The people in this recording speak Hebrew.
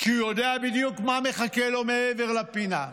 כי הוא יודע בדיוק מה מחכה לו מעבר לפינה.